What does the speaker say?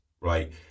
right